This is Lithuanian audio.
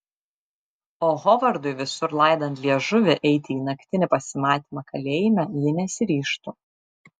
o hovardui visur laidant liežuvį eiti į naktinį pasimatymą kalėjime ji nesiryžtų